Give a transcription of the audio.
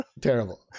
Terrible